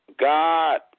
God